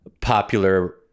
popular